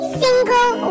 single